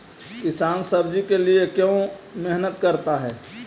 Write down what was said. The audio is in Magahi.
किसान सब्जी के लिए क्यों मेहनत करता है?